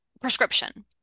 prescription